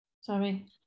Sorry